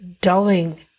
dulling